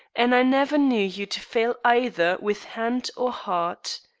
and i never knew you to fail either with hand or heart.